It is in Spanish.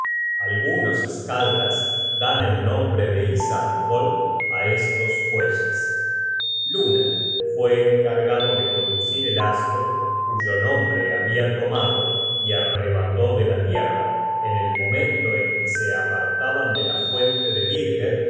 nos skaldas dan el nombre de isarnkol á estos fuelles luna fue encargado de conducir el astro cuyo nombre habia tomado y arrebató de la tierra en el momento en que se apartaban de la fuente de byrger